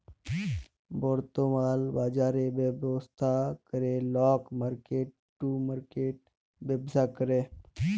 বর্তমাল বাজরের ব্যবস্থা ক্যরে লক মার্কেট টু মার্কেট ব্যবসা ক্যরে